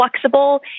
flexible